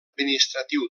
administratiu